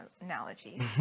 analogy